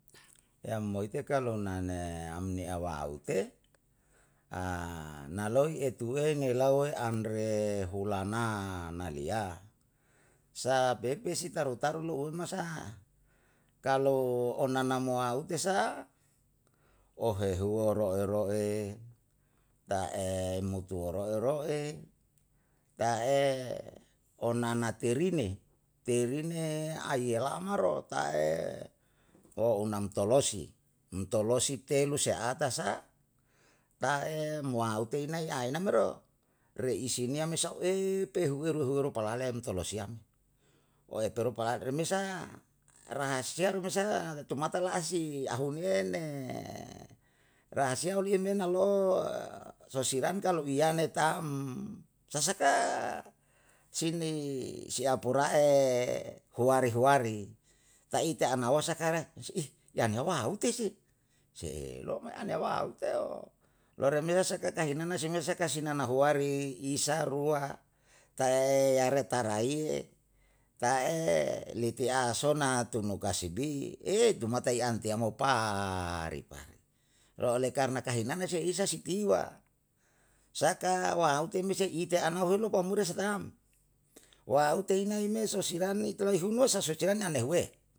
Yam moite kalu nane, i awaute naloi etuine ni laue an re hulana naliya, sa pepesi taru taru lu unma sa'a. Kalu onanamoaute sa'a, ohe huoro eroe, ta e mutuwo roe roe, ta e onana terine, terine aiye la'maro ta e, o unam tolosi. Um tolosi telu se ata sa, ta e moa utei nai aena mero? Re isiniya me sau e pehu eru eruheru palahale em tolosiam. Oe peru palaem remesa, rahasiaru me sa tumata la'asi ahunien ne, rahasia oliem na lo'o sosiran kalo iyane taam. Sasaka sei ni siapora e huwari huwari, ta ite anawa sakara yana wa ute sei? Seilo yana wauteo. Loremesa saka kahinana sehingga saka sinanahuari, isa rua tae yare tara iye, ta e liti a sona tunu kasibi tumata i an tiyamo pa'a rima. Oleh karna kahinane sia isa si tiwa, saka waute me se ite ana uhelo pamure se taam, wa ute inai me sosiran ni laihuno sa soseran anehuwe